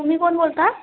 तुम्ही कोण बोलता